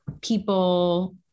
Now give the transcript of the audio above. people